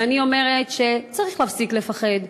ואני אומרת שצריך להפסיק לפחד,